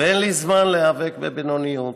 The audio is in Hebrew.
/ ואין לי זמן להיאבק בבינוניות.